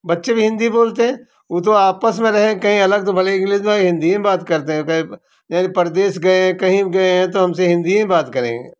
बच्चे हिंदी बोलते हैं वो तो आपस में रहे कही अलग तो भले इंग्लिश वही हिंदी ही में बात करते कहे कहीं परदेश गए कहीं गए तो हमसे हिंदी ही में बात करेंगे